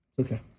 okay